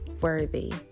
worthy